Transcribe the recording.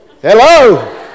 Hello